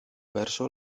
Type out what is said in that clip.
verso